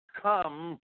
come